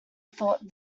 thought